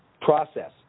process